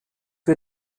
wie